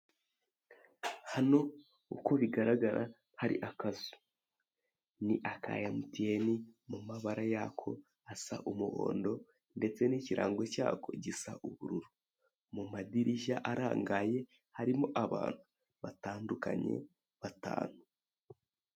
Hano uko bigaragara hari akazu ni aka emutiyeni mu mabara yako asa umuhondo ndetse n'ikirango cyako gisa ubururu mu madirishya arangaye harimo abantu batandukanye batanu.